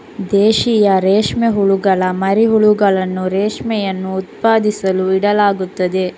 ದೇಶೀಯ ರೇಷ್ಮೆ ಹುಳುಗಳ ಮರಿ ಹುಳುಗಳನ್ನು ರೇಷ್ಮೆಯನ್ನು ಉತ್ಪಾದಿಸಲು ಇಡಲಾಗುತ್ತದೆ